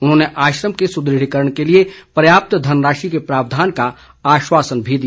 उन्होंने आश्रम के सुदृढ़ीकरण के लिए पर्याप्त धनराशि के प्रावधान का आश्वासन भी दिया